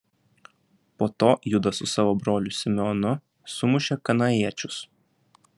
po to judas su savo broliu simeonu sumušė kanaaniečius